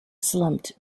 slumped